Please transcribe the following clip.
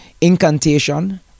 incantation